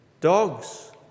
dogs